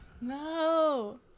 No